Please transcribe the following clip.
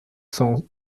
cent